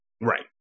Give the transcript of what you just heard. Right